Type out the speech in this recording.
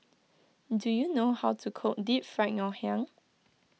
do you know how to cook Deep Fried Ngoh Hiang